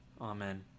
Amen